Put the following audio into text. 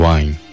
Wine 。